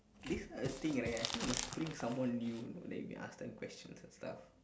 this type of thing right I think must bring someone new then you can ask them questions and stuff